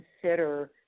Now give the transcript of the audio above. consider